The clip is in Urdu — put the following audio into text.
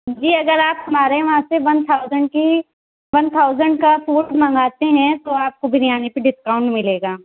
جی اگر آپ ہمارے وہاں سے ون تھاؤزینڈ کی ون تھاؤزینڈ کا فوڈ منگاتے ہیں تو آپ کو بریانی پہ ڈسکاؤنٹ ملے گا